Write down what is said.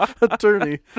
Attorney